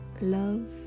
love